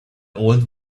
old